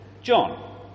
John